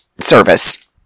service